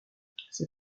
ses